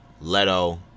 leto